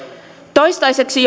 toistaiseksi